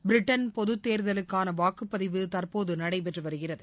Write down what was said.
Britain பொதுத் தேர்தலுக்கான வாக்குபதிவு தற்போது நடைபெற்று வருகிறது